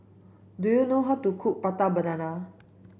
do you know how to cook prata banana